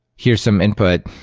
here's some input.